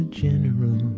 general